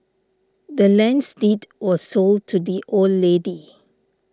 the land's deed was sold to the old lady